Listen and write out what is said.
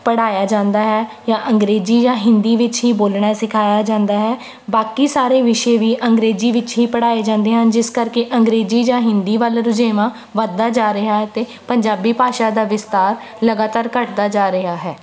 ਪੜ੍ਹਾਇਆ ਜਾਂਦਾ ਹੈ ਜਾਂ ਅੰਗਰੇਜ਼ੀ ਜਾਂ ਹਿੰਦੀ ਵਿੱਚ ਹੀ ਬੋਲਣਾ ਸਿਖਾਇਆ ਜਾਂਦਾ ਹੈ ਬਾਕੀ ਸਾਰੇ ਵਿਸ਼ੇ ਵੀ ਅੰਗਰੇਜ਼ੀ ਵਿੱਚ ਹੀ ਪੜ੍ਹਾਏ ਜਾਂਦੇ ਹਨ ਜਿਸ ਕਰਕੇ ਅੰਗਰੇਜ਼ੀ ਜਾਂ ਹਿੰਦੀ ਵੱਲ ਰੁਝੇਵਾਂ ਵੱਧਦਾ ਜਾ ਰਿਹਾ ਹੈ ਅਤੇ ਪੰਜਾਬੀ ਭਾਸ਼ਾ ਦਾ ਵਿਸਥਾਰ ਲਗਾਤਾਰ ਘੱਟਦਾ ਜਾ ਰਿਹਾ ਹੈ